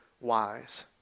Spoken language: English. wise